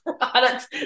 products